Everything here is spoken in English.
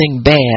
bad